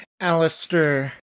Alistair